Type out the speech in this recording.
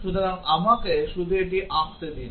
সুতরাং আমাকে শুধু এটি আঁকতে দিন